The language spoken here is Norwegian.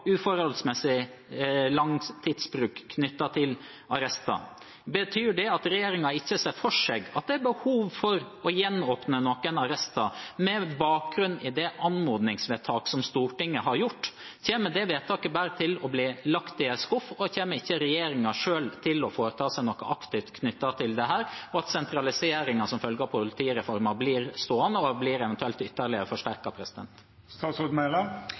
uforholdsmessig lang tidsbruk knyttet til arrester. Betyr det at regjeringen ikke ser for seg at det er behov for å gjenåpne noen arrester med bakgrunn i det anmodningsvedtaket som Stortinget har gjort? Kommer det vedtaket bare til å bli lagt i en skuff? Kommer ikke regjeringen selv til å foreta seg noe aktivt knyttet til dette, og blir sentraliseringen som følge av politireformen stående og eventuelt ytterligere